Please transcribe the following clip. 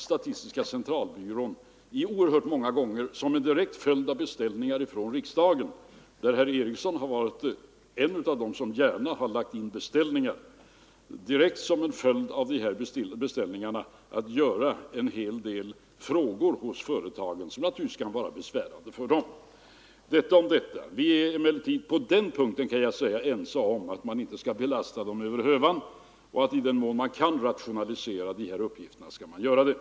Statistiska centralbyrån tvingas alltså oerhört många gånger som en direkt följd av beställningar från riksdagen — där herr Eriksson i Arvika har varit en av dem som gärna lagt in beställningar — att göra en hel del förfrågningar hos företagen som naturligtvis kan vara besvärande för dem. Vi är emellertid på den här punkten ense om att man inte skall belasta företagen över hövan och att i den mån man kan rationalisera de här uppgifterna skall man göra det.